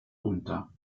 unter